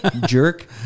jerk